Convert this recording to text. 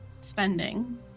spending